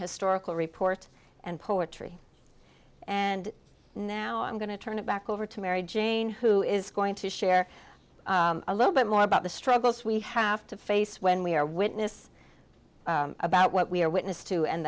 historical report and poetry and now i'm going to turn it back over to mary jane who is going to share a little bit more about the struggles we have to face when we are witness about what we are witness to and